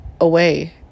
away